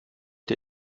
der